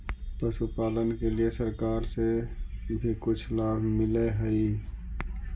पशुपालन के लिए सरकार से भी कुछ लाभ मिलै हई?